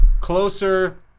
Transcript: closer